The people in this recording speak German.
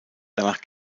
danach